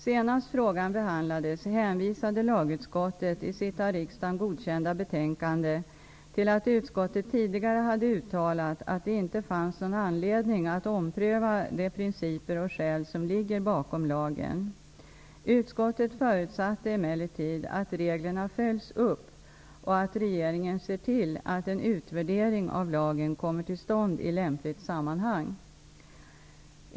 Senast frågan behandlades hänvisade lagutskottet i sitt av riksdagen godkända betänkande till att utskottet tidigare hade uttalat att det inte fanns någon anledning att ompröva de principer och skäl som ligger bakom lagen. Utskottet förutsatte emellertid att reglerna följs upp och att regeringen ser till att en utvärdering av lagen kommer till stånd i lämpligt sammanhang.